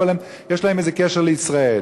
אבל יש להם איזה קשר לישראל.